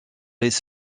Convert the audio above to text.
les